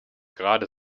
gerade